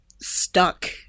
stuck